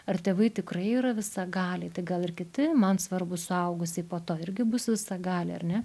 ar tėvai tikrai yra visagaliai tai gal ir kiti man svarbūs suaugusiai po to irgi bus visagaliai ar ne